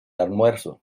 almuerzo